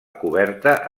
coberta